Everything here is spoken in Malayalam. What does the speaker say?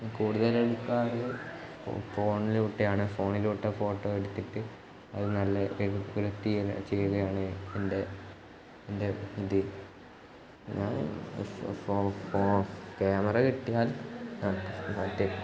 കൂടുതൽ എടുക്കാറുള്ളത് ഫോണിലൂടെ ഫോണിലൂടെയാണ് ഫോണിലൂടെ ഫോട്ടോ എടുത്തിട്ട് അത് നല്ല എഡിറ്റ് ചെയ്യുകയാണ് എൻ്റെ എൻ്റെ ഇത് ഞാൻ ക്യാമറ കിട്ടിയാൽ